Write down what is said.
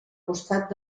costat